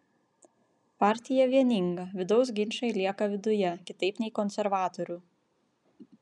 partija vieninga vidaus ginčai lieka viduje kitaip nei konservatorių